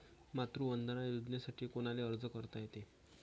मातृवंदना योजनेसाठी कोनाले अर्ज करता येते?